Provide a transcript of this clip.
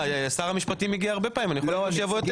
שר המשפטים הגיע הרבה פעמים לוועדת החוקה.